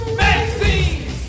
magazines